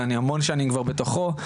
ואני המון שנים כבר בתוכו.